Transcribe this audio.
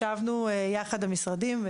ישבנו יחד עם המשרדים.